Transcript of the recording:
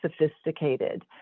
sophisticated